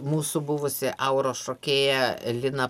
mūsų buvusi auros šokėja lina